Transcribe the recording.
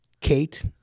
Kate